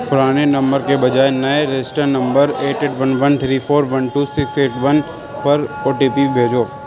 پرانے نمبر کے بجائے نئے register number eight eight one one three four one two six eight one پر او ٹی پی بھیجو